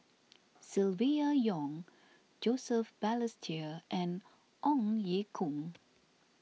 Silvia Yong Joseph Balestier and Ong Ye Kung